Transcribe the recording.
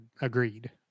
Agreed